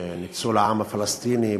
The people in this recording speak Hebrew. בניצול העם הפלסטיני,